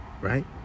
Right